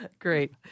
Great